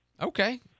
Okay